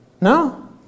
No